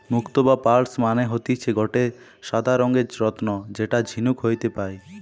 মুক্তো বা পার্লস মানে হতিছে গটে সাদা রঙের রত্ন যেটা ঝিনুক হইতে পায়